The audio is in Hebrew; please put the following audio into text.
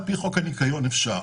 על פי חוק הניקיון אפשר,